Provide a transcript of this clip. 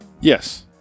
Yes